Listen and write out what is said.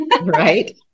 Right